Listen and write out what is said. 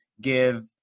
give